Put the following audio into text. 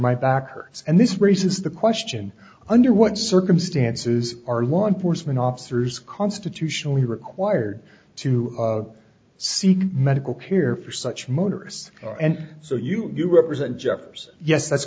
my back hurts and this raises the question under what circumstances are law enforcement officers constitutionally required to seek medical care for such motorists and so you you represent jeffers yes that's